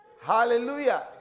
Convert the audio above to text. Hallelujah